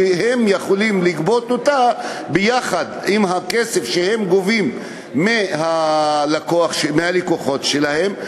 שיכולות לגבות אותה ביחד עם הכסף שהן גובות מהלקוחות שלהן,